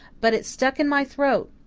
but it stuck in my throat.